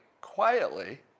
quietly